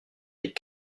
des